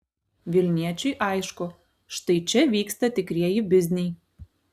vilniečiui aišku štai čia vyksta tikrieji bizniai